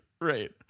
right